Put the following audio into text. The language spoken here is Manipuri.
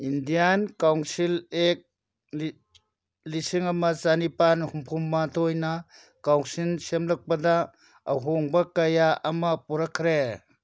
ꯏꯟꯗꯤꯌꯥꯟ ꯀꯥꯎꯟꯁꯤꯜ ꯑꯦꯛ ꯂꯤꯁꯤꯡ ꯑꯃ ꯆꯅꯤꯄꯥꯜ ꯍꯨꯝꯐꯨ ꯃꯥꯊꯣꯏꯅ ꯀꯥꯎꯟꯁꯤꯜ ꯁꯦꯝꯂꯛꯄꯗ ꯑꯍꯣꯡꯕ ꯀꯌꯥ ꯑꯃ ꯄꯨꯔꯛꯈ꯭ꯔꯦ